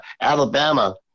Alabama